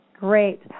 Great